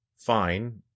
fine